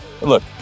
Look